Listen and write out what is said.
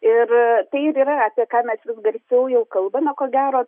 ir tai ir yra apie ką mes vis garsiau jau kalbame ko gero